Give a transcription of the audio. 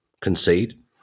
concede